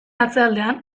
atzealdean